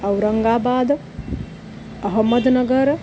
Aurangabad Ahmednagar